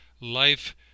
Life